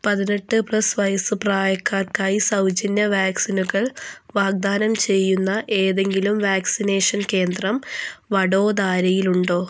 പതിനെട്ട് പ്ലസ് വയസ്സ് പ്രായക്കാർക്കായി സൗജന്യ വാക്സിനുകൾ വാഗ്ദാനം ചെയ്യുന്ന ഏതെങ്കിലും വാക്സിനേഷൻ കേന്ദ്രം വഡോദരയിൽ ഉണ്ടോ